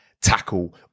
tackle